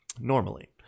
normally